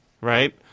right